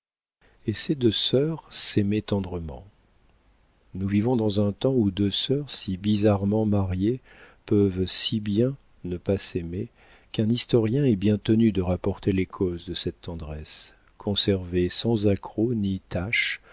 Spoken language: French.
et ces deux sœurs s'aimaient tendrement nous vivons dans un temps où deux sœurs si bizarrement mariées peuvent si bien ne pas s'aimer qu'un historien est tenu de rapporter les causes de cette tendresse conservée sans accrocs ni taches